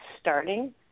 starting